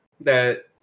that-